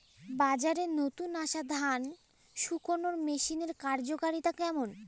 বাজারে নতুন আসা ধান শুকনোর মেশিনের কার্যকারিতা কেমন?